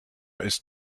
ist